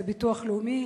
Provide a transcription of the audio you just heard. וזה ביטוח לאומי.